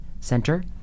Center